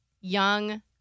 young